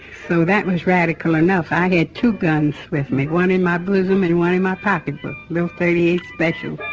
so that was radical enough. i had two guns with me, one in my bosom and one in my pocketbook, little thirty eight specials.